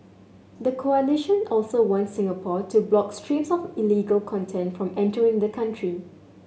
the coalition also wants Singapore to block streams of illegal content from entering the country